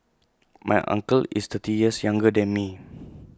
my uncle is thirty years younger than me